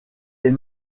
est